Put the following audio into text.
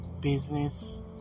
business